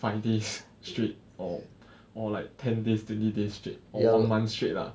five days straight or or like ten days twenty days straight or one month straight lah